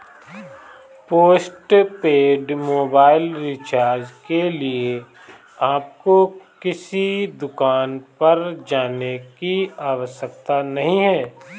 postpaid mobile recharge के लिए आपको किसी दुकान पर जाने की आवश्यकता नहीं है